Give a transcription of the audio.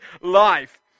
life